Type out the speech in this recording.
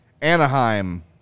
Anaheim